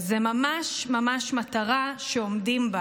זה ממש ממש מטרה שעומדים בה.